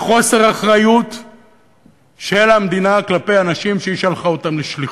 לחוסר אחריות של המדינה כלפי אנשים שהיא שלחה אותם לשליחות.